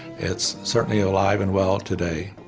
it's certainly alive and well today.